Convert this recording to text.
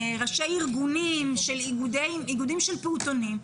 ראשי ארגונים של איגודים של פעוטונים,